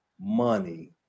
money